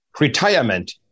retirement